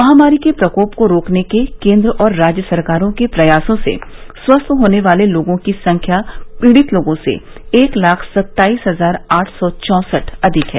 महामारी के प्रकोप को रोकने के केन्द्र और राज्य सरकारों के प्रयासों से स्वस्थ होने वाले लोगों की संख्या पीड़ित लोगों से एक लाख सत्ताईस हजार आठ सौ चौसठ अधिक है